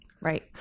Right